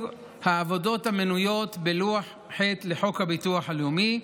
העבודות המנויות בלוח ח' לחוק הביטוח הלאומי,